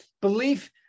Belief